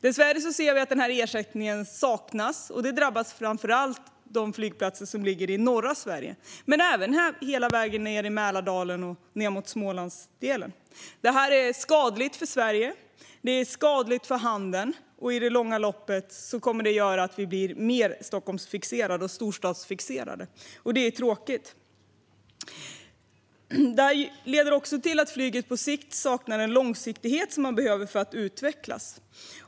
Dessvärre ser vi att denna ersättning saknas. Det drabbar framför allt de flygplatser som ligger i norra Sverige, men det gäller även hela vägen ned mot Mälardalen och Småland. Det här är skadligt för Sverige. Det är skadligt för handeln, och i det långa loppet kommer det att göra att vi blir mer Stockholms och storstadsfixerade. Det är tråkigt. Detta leder också till att flyget på sikt saknar den långsiktighet som det behöver för att utvecklas.